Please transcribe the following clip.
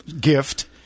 gift